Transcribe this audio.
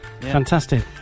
fantastic